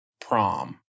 prom